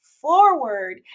forward